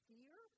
Fear